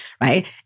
right